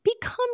become